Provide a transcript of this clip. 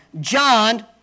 John